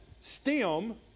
stem